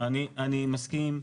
אני מסכים,